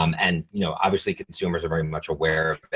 um and you know obviously consumers are very much aware but